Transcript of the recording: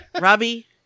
Robbie